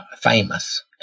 famous